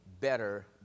better